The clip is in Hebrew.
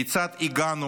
כיצד הגענו,